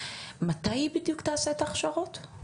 מתי היא בדיוק תעשה את ההכשרות?